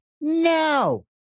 no